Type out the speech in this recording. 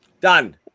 Done